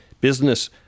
business